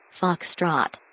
Foxtrot